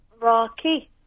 Rocky